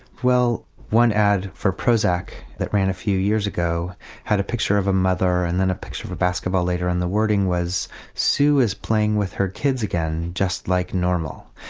well one ad for prozac that ran a few years ago had a picture of a mother and then a picture of a basketball later and the wording was sue is playing with her kids again, just like normal,